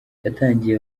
yatangiye